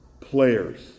players